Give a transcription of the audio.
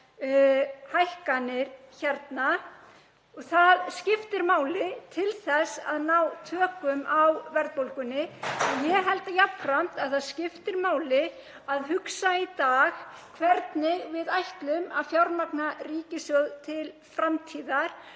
hækkanir á þeim. Það skiptir máli til þess að ná tökum á verðbólgunni. Ég held jafnframt að það skipti máli að hugsa í dag hvernig við ætlum að fjármagna ríkissjóð til framtíðar